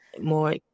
more